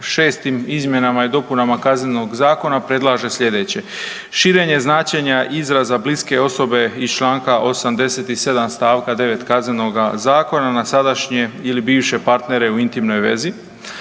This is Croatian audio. RH 6. izmjenama i dopunama Kaznenog zakona predlaže sljedeće, širenje značenja izraza bliske osobe iz čl. 87 st. 9 Kaznenoga zakona na sadašnje ili bivše partnere u intimnoj vezi.